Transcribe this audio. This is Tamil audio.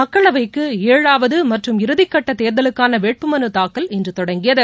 மக்களவைக்கு ஏழாவது மற்றும் இறுதிக்கட்ட தேர்தலுக்கான வேட்புமனு தாக்கல் இன்று தொடங்கியது